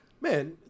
Man